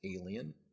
alien